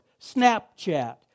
Snapchat